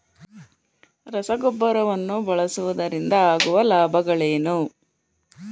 ರಸಗೊಬ್ಬರವನ್ನು ಬಳಸುವುದರಿಂದ ಆಗುವ ಲಾಭಗಳೇನು?